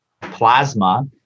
plasma